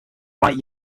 right